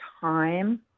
time